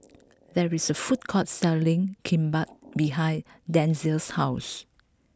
there is a food court selling Kimbap behind Denzell's house